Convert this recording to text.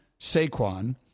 Saquon